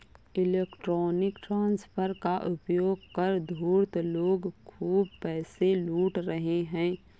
electronic transfer का उपयोग कर धूर्त लोग खूब पैसे लूट रहे हैं